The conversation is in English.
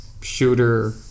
shooter